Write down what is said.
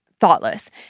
thoughtless